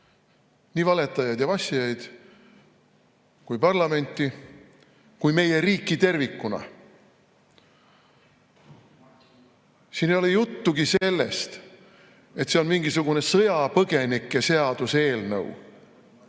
nii valetajaid ja vassijaid, parlamenti kui ka meie riiki tervikuna. Siin ei ole juttugi sellest, et see on mingisugune sõjapõgenike seaduseelnõu.